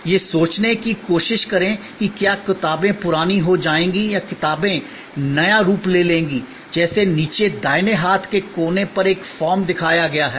यह सोचने की कोशिश करें कि क्या किताबें पुरानी हो जाएंगी या किताबें नया रूप ले लेंगी जैसे नीचे दाहिने हाथ के कोने पर एक फॉर्म दिखाया गया है